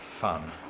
fun